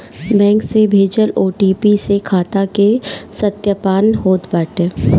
bank से भेजल OTP से खाता के सत्यापन होत बाटे